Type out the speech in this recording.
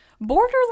borderline